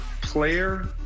player